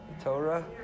Torah